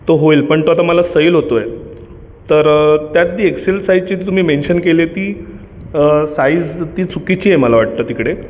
तो होईल पण तो आता मला सैल होतो आहे तर त्यात जी एक्सेल साईज तुम्ही जी मेन्शन केली आहे ती साईज ती चुकीची आहे मला वाटतं तिकडे